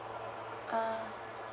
um